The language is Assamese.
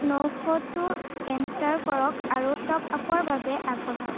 নশটো এণ্টাৰ কৰক আৰু টপ আপৰ বাবে আগবাঢ়ক